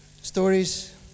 stories